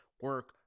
Work